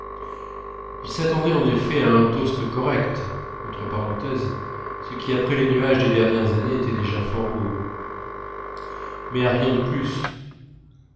il s'attendait en effet à un toast correct ce qui après les nuages des dernières années était déjà fort beau mais à rien de plus